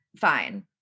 fine